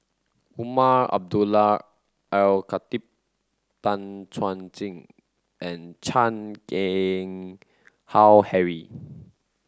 Umar Abdullah Al Khatib Tan Chuan Jin and Chan Keng Howe Harry